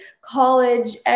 college